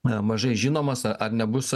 mažai žinomas ar nebus